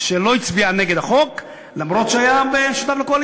שלא הצביע נגד החוק למרות שהיה בקואליציה,